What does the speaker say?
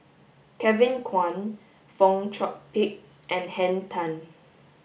Kevin Kwan Fong Chong Pik and Henn Tan